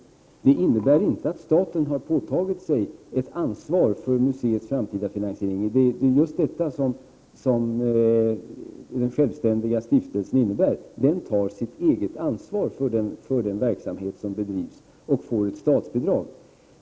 Det innebär inte att staten har påtagit sig ett ansvar för museets framtida finansiering. Det är just detta som är innebörden med den självständiga stiftelsen. Den tar sitt eget ansvar för den verksamhet som bedrivs och får ett statsbidrag.